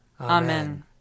Amen